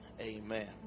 Amen